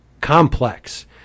complex